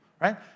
right